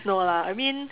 no lah I mean